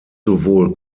sowohl